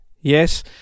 Yes